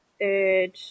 third